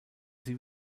sie